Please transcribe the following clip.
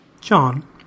John